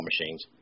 machines